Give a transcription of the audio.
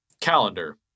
calendar